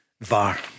VAR